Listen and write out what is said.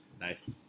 Nice